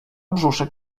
brzuszek